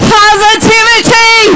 positivity